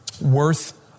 worth